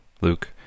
Luke